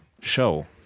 show